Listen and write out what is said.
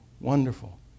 wonderful